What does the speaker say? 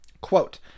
Quote